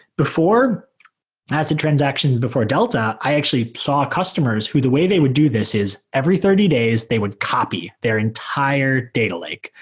before acid transactions, before delta, i actually saw customers. the way they would do this is every thirty days they would copy their entire data lake,